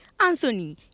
Anthony